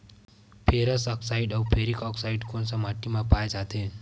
Ferrous oxide व ferric oxide कोन सा माटी म पाय जाथे?